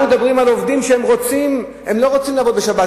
אנחנו מדברים על עובדים שלא רוצים לעבוד בשבת.